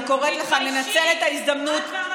מי השתמש באבוקה?